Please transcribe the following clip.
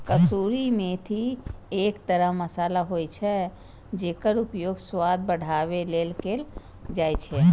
कसूरी मेथी एक तरह मसाला होइ छै, जेकर उपयोग स्वाद बढ़ाबै लेल कैल जाइ छै